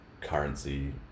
currency